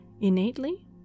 innately